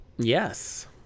Yes